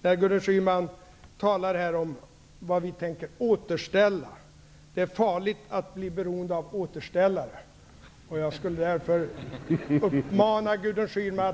När hon talar om vad vi tänker återställa, vill jag säga att det är farligt att bli beroende av återställare. Jag skulle därför vilja uppmana Gudrun Schyman